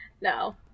no